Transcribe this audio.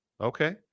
Okay